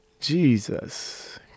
Jesus